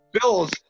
Bill's